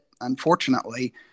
unfortunately